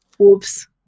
Oops